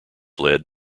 led